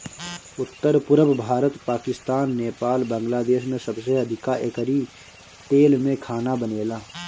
उत्तर, पुरब भारत, पाकिस्तान, नेपाल, बांग्लादेश में सबसे अधिका एकरी तेल में खाना बनेला